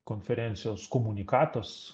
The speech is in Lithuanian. konferencijos komunikatas